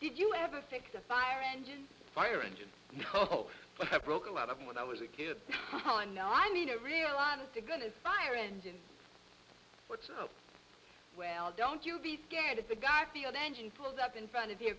did you ever think the fire engine fire engine broke a lot of them when i was a kid oh no i mean a real honest to goodness fire engine well don't you be scared if the guy feel the engine pulled up in front of you